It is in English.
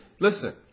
Listen